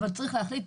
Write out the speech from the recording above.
אבל צריך להחליט.